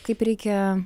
kaip reikia